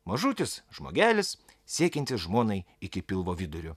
mažutis žmogelis siekiantis žmonai iki pilvo vidurio